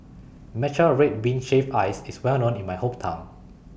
Matcha Red Bean Shaved Ice IS Well known in My Hometown